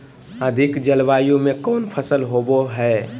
अधिक जलवायु में कौन फसल होबो है?